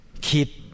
Keep